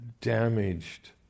damaged